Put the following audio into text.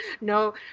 No